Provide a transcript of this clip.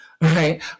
right